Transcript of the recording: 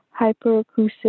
hyperacusis